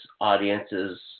audiences